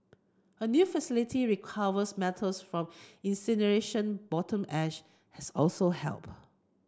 a new facility recovers metals from incineration bottom ash has also helped